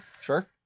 Sure